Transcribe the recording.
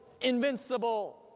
invincible